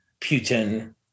Putin